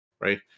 right